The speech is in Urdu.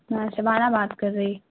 میں شبانہ بات کر رہی